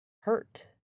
hurt